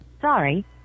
Sorry